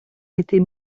était